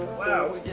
wow,